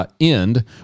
End